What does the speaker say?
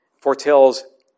foretells